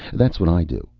that's what i do.